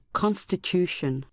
constitution